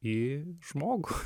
į žmogų